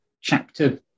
chapter